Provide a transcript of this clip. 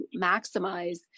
maximize